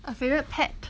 a favourite pet